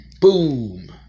boom